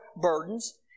burdens